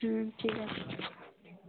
হুম ঠিক আছে